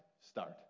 start